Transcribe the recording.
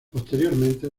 posteriormente